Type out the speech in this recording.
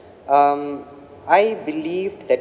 um I believe that